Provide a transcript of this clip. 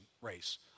race